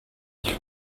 nicht